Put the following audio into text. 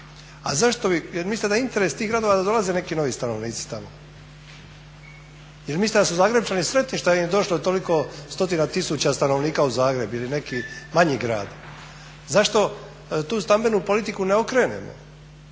A zašto bi, jel' mislite da je interes tih gradova da dolaze neki novi stanovnici tamo? Jel' mislite da su Zagrepčani sretni što im je došlo toliko stotina tisuća stanovnika u Zagreb ili neki manji grad? Zašto tu stambenu politiku ne okrenemo.